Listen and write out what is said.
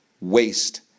waste